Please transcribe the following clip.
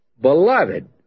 beloved